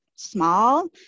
small